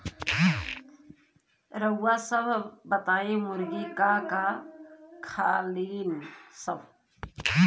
रउआ सभ बताई मुर्गी का का खालीन सब?